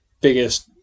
biggest